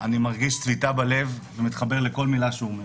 אני מרגיש צביטה בלב ומתחבר לכל מילה שהוא אומר.